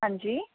ਹਾਂਜੀ